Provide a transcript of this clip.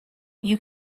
you